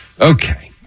Okay